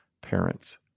parents